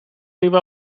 iba